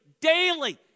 daily